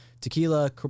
tequila